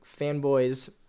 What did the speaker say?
fanboys